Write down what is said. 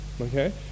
Okay